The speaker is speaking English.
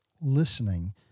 listening